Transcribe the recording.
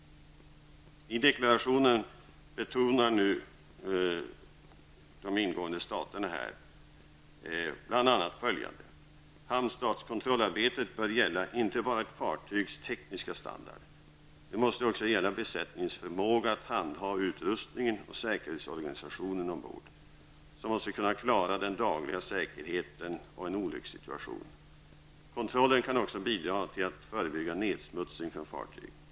I deklarationen betonar nu de i samarbetet ingående staterna bl.a. följande. Hamnstadskontrollarbetet bör gälla inte bara ett fartygs tekniska standard. Det måste också gälla besättningens förmåga att handha utrustningen och säkerhetsorganisationen ombord, som måste kunna klara den dagliga säkerheten och en olyckssituation. Kontrollen kan också bidra till att förebygga nedsmutsning från fartyg.